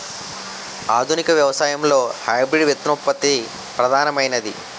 ఆధునిక వ్యవసాయంలో హైబ్రిడ్ విత్తనోత్పత్తి ప్రధానమైనది